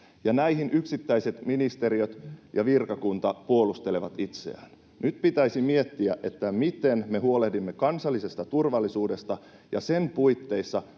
liittyen yksittäiset ministeriöt ja virkakunta puolustelevat itseään. Nyt pitäisi miettiä, miten me huolehdimme kansallisesta turvallisuudesta ja sen puitteissa